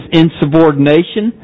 insubordination